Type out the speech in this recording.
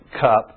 cup